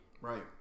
Right